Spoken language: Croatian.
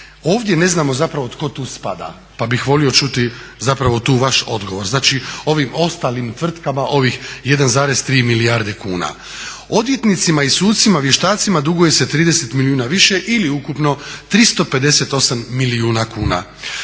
Ovdje ne znamo zapravo tko tu spada, pa bih volio čuti zapravo tu vaš odgovor. Znači ovim ostalim tvrtkama, ovih 1,3 milijarde kuna? Odvjetnicima i sucima, vještacima duguje se 30 milijana više ili ukupno 358 milijuna kuna.